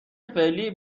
فعلی